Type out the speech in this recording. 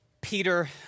Peter